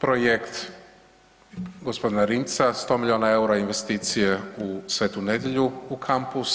projekt gospodina Rimca 100 milijuna eura investicije u Svetu Nedelju, u campus.